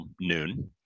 noon